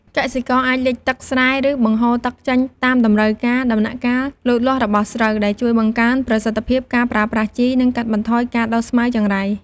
កសិករអាចលិចទឹកស្រែ ឬបង្ហូរទឹកចេញតាមតម្រូវការដំណាក់កាលលូតលាស់របស់ស្រូវ ដែលជួយបង្កើនប្រសិទ្ធភាពការប្រើប្រាស់ជី និងកាត់បន្ថយការដុះស្មៅចង្រៃ។